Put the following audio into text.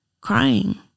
crying